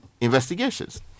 investigations